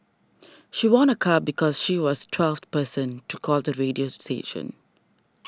she won a car because she was twelfth person to call the radio station